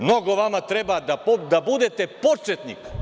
Mnogo vama treba da budete početnik.